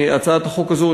בהצעת החוק הזאת,